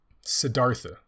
Siddhartha